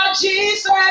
Jesus